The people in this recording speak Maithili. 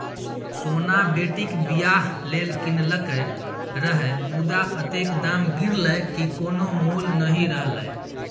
सोना बेटीक बियाह लेल कीनलकै रहय मुदा अतेक दाम गिरलै कि कोनो मोल नहि रहलै